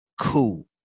Cool